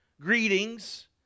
greetings